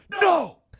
no